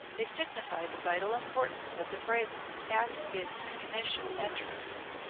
they signify the vital importance of the phrase at its initial entrance.